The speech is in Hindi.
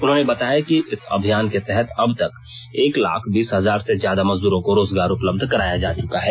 उन्होंने बताया कि इस अभियान के तहत अबतक एक लाख बीस हजार से ज्यादा मजदूरो को रोजगार उपलब्ध कराया जा चुका है